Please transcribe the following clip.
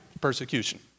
persecution